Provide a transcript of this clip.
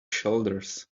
shoulders